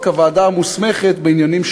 בבקשה, אדוני.